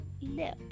lip